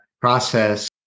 process